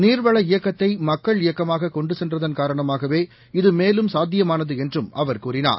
நீர்வள இயக்கத்தை மக்கள் இயக்கமாக கொண்டு சென்றதன் மூலமாகவே இது மேலும் சாத்தியமானது என்றும் அவர் கூறினார்